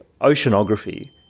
oceanography